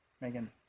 Megan